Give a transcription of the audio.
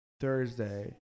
thursday